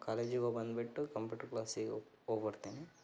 ಕಾಲೇಜಿಗೆ ಹೋಗ್ಬಂದ್ಬಿಟ್ಟು ಕಂಪ್ಯೂಟರ್ ಕ್ಲಾಸಿಗೆ ಹೋಗಿ ಹೋಗ್ಬರ್ತೀನಿ